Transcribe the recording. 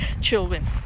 Children